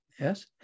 yes